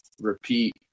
repeat